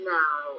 now